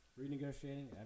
Renegotiating